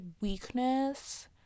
weakness